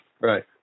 Right